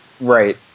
Right